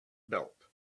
belt